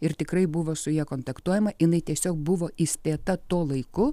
ir tikrai buvo su ja kontaktuojama jinai tiesiog buvo įspėta tuo laiku